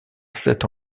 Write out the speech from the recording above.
sept